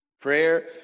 Prayer